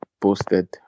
posted